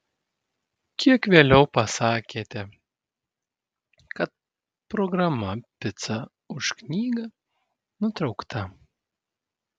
kiek vėliau pasakėte kad programa pica už knygą nutraukta